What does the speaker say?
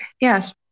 yes